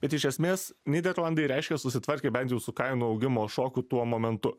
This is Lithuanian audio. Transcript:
bet iš esmės nyderlandai reiškia susitvarkė bent jau su kainų augimo šoku tuo momentu